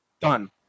done